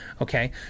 okay